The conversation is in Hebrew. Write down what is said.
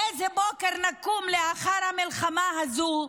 לאיזה בוקר נקום לאחר המלחמה הזו,